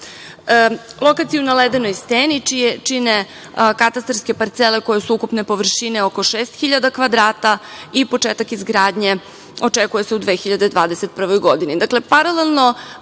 Lokaciju na Ledenoj steni čine katastarske parcele koje su ukupne površine oko 6.000 kvadrata i početak izgradnje očekuje se u 2021. godini. Dakle,